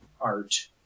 art